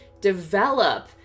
Develop